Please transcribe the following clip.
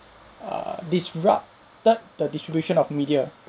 err disrupted the distribution of media